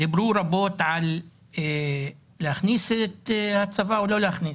דיברו רבות על להכניס את הצבא או לא להכניס.